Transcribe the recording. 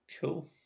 cool